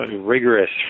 Rigorous